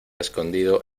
escondido